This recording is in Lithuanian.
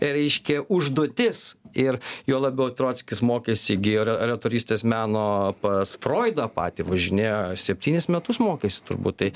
reiškia užduotis ir juo labiau trockis mokėsi gi re retorystės meno pas froidą patį važinėjo septynis metus mokėsi turbūt tai